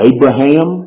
Abraham